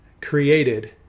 created